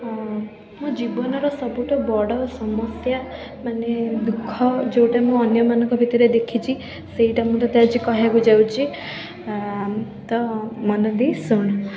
ହଁ ମୋ ଜୀବନର ସବୁଠୁ ବଡ଼ ସମସ୍ୟା ମାନେ ଦୁଃଖ ଯେଉଁଟା ମୁଁ ଅନ୍ୟମାନଙ୍କ ଭିତିରେ ଦେଖିଛି ସେଇଟା ମୁଁ ତୋତେ ଆଜି କହିବାକୁ ଯାଉଛି ତ ମନଦେଇ ଶୁଣୁ